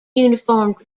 uniform